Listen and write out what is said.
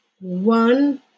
one